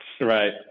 right